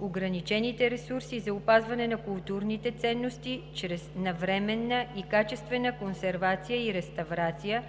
ограничените ресурси за опазване на културните ценности чрез навременна и качествена консервация и реставрация,